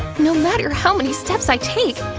no matter how many steps i take,